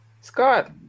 Scott